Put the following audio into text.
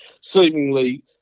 seemingly